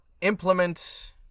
implement